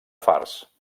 fars